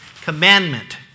commandment